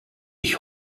ich